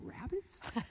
rabbits